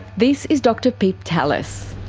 this is dr pip tallis.